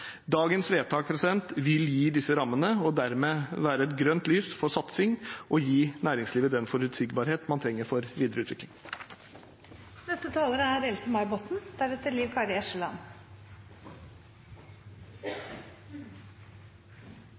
Dagens vedtak vil gi dem disse rammene og dermed grønt lys for satsing, og det vil gi næringslivet den forutsigbarheten man trenger for videre utvikling. Det er